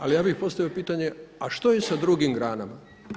Ali ja bih postavio pitanje a što je sa drugim granama?